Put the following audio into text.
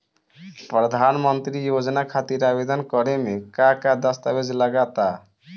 प्रधानमंत्री योजना खातिर आवेदन करे मे का का दस्तावेजऽ लगा ता?